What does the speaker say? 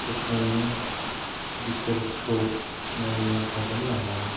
एकाउन्टनि डिटेइल्सखौ नायनो हागोन नामा